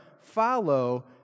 follow